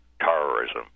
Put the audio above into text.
terrorism